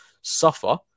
suffer